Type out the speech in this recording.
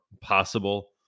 possible